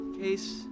Case